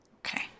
Okay